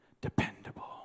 dependable